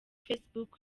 facebook